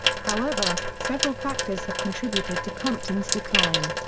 however, several factors have contributed to compton's decline.